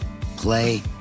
play